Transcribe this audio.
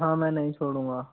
हाँ मैं नहीं छोडूंगा